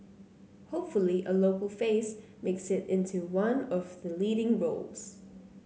hopefully a local face makes it into one of the leading roles